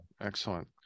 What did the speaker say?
Excellent